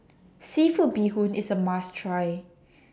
Seafood Bee Hoon IS A must Try